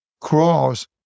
cross